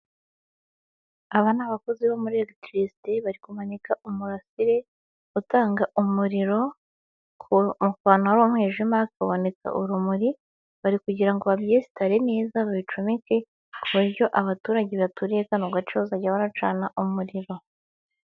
Aba ni abakozi bo muri eregitirisiti bari kumanika umurasire utanga umuriro mu kuvanaho umwijima hakaboneka urumuri bari kugira ngo babyesitare neza babicomeke ku buryo abaturage baturiye kano gace bazajya baracana umuriro.